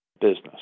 business